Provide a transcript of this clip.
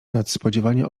nadspodziewanie